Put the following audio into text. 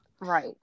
right